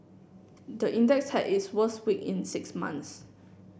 the index had its worst week in six months